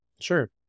Sure